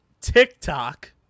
tiktok